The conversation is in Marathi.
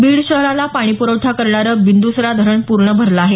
बीड शहराला पाणी प्रखठा करणार बिंदुसरा धरण पूर्ण भरलं आहे